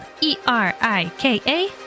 E-R-I-K-A